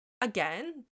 again